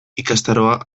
ikastaroa